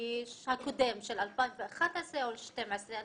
הטכנולוגי הקודם, של 2011 או 2012?